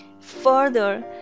further